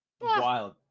wild